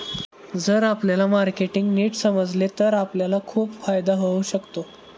जर आपल्याला मार्केटिंग नीट समजले तर आपल्याला खूप फायदा होऊ शकतो